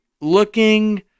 looking